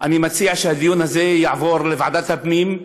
אני מציע שהדיון הזה יעבור לוועדת הפנים.